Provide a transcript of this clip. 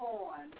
on